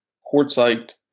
quartzite